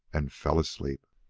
and fell asleep.